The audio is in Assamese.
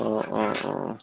অঁ অঁ অঁ